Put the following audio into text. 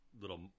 little